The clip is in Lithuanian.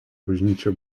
bažnyčia